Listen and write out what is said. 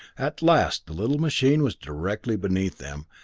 at last the little machine was directly beneath them,